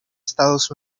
estados